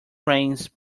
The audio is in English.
rains